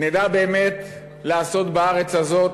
נדע באמת לעשות בארץ הזאת,